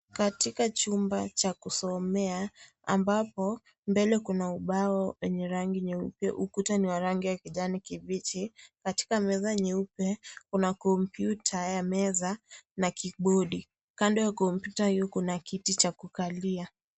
Katika jumba ya kusomea ambapo mbele kuna rangi nyeupe, ukuta ni wa rangi ya kijani kipiji. Katika meza nyeupe Kuna computer ya meza na keyboard . Kando ya computer hiyo Kuna kiti cha kukalia.